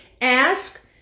ask